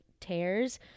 tears